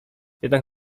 jednak